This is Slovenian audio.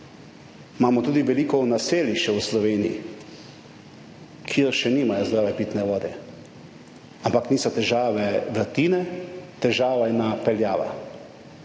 Imamo tudi veliko naselij še v Sloveniji, kjer še nimajo zdrave pitne vode, ampak niso težave vrtine, težava je napeljava.